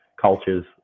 culture's